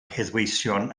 heddweision